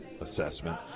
assessment